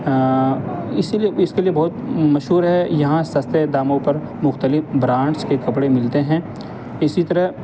اسی لیے اس کے لیے بہت مشہور ہے یہاں سستے داموں پر مختلف برانڈس کے کپڑے ملتے ہیں اسی طرح